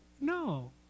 No